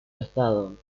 estado